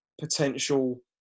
potential